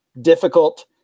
difficult